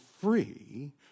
free